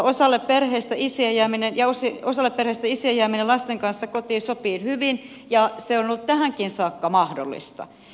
osalle perheistä isien jääminen lasten kanssa kotiin sopii hyvin ja se on ollut tähänkin saakka mahdollista